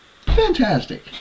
Fantastic